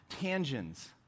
tangents